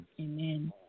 Amen